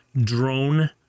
drone